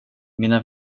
mina